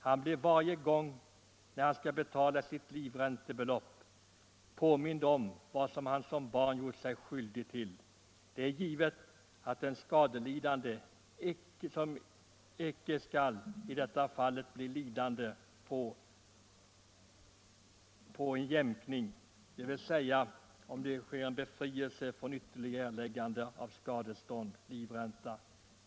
Han blir varje gång han skall betala livräntebeloppet påmind om vad han som barn gjort sig skyldig till. Det är givet att den skadelidande icke, som i detta fall, skall bli lidande på en jämkning — dvs. om den skadevållande erhåller befrielse från ytterligare erläggande av skadestånd eller livränta.